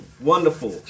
Wonderful